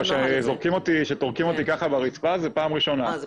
לא, שטורקים אותי ככה ברצפה זאת פעם ראשונה.